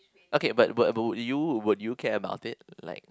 okay but but wo~ would you would you care about it like